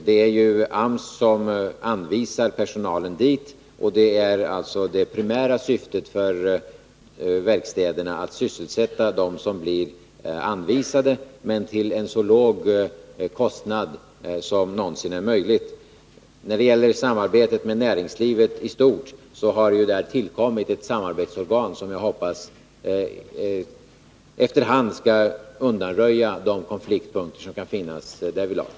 Det är ju AMS som anvisar personalen till dessa företag, och det primära syftet för verkstäderna är alltså att sysselsätta dem som blir anvisade, men till en så låg kostnad som någonsin är möjlig. I fråga om samarbetet med näringslivet i stort så har det tillkommit ett samarbetsorgan, som jag hoppas efter hand skall undanröja de konfliktanledningar som kan finnas därvidlag.